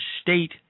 state